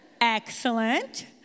Excellent